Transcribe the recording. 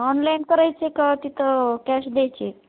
online करायचे का तिथं कॅश द्यायची